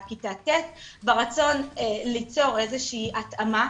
כיתה ט' ברצון ליצור איזו שהיא התאמה.